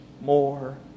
more